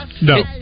No